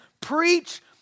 preach